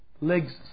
Legs